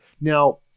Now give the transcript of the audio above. Now